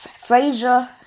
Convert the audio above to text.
Fraser